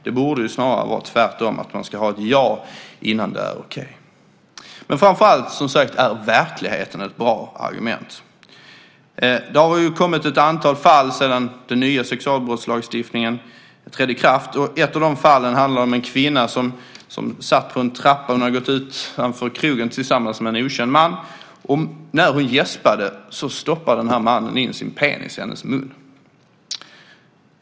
Det borde ju snarare vara tvärtom, att man ska få ett ja innan det är okej. Men framför allt är som sagt verkligheten ett bra argument. Det har ju kommit ett antal fall sedan den nya sexualbrottslagstiftningen trädde i kraft. Ett av de fallen handlar om en kvinna som satt på en trappa. Hon hade gått ut från krogen tillsammans med en okänd man, och när hon gäspade stoppade den här mannen in sin penis i hennes mun.